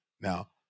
Now